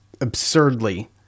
absurdly